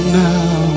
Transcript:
now